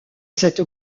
cette